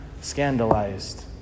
scandalized